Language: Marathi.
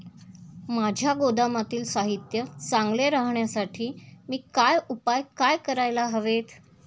माझ्या गोदामातील साहित्य चांगले राहण्यासाठी मी काय उपाय काय करायला हवेत?